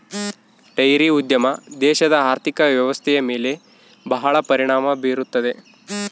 dairy ಉದ್ಯಮ ದೇಶದ ಆರ್ಥಿಕ ವ್ವ್ಯವಸ್ಥೆಯ ಮೇಲೆ ಬಹಳ ಪರಿಣಾಮ ಬೀರುತ್ತದೆ